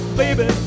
baby